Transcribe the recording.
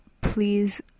please